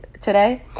today